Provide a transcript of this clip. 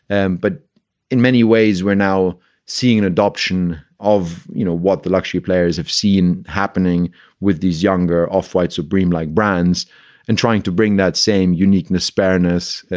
and but in many ways, we're now seeing adoption of, you know, what the luxury players have seen happening with these younger off-white supreme like brands and trying to bring that same uniqueness, barrenness,